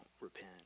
repent